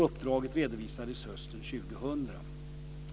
Uppdraget redovisades hösten 2000.